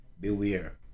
Beware